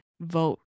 vote